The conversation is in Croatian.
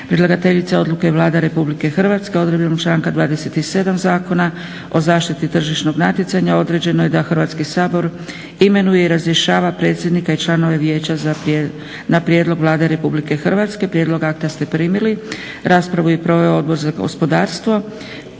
Predlagateljica odluke je Vlada RH. Odredbom članka 27. Zakona o zaštiti tržišnog natjecanja određeno je da Hrvatski sabor imenuje i razrješava predsjednika i članove vijeća na prijedlog Vlade RH. Prijedlog akta ste primili. Raspravu je proveo Odbor za gospodarstvo.